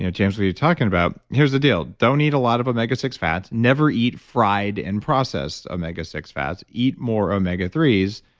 you know james, what were you talking about? here's the deal, don't eat a lot of omega six fats, never eat fried and processed omega six fats, eat more omega three s,